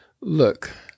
look